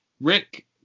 rick